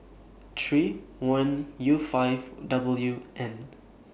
three one U five W N